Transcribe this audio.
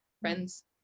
friends